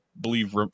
believe